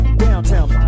downtown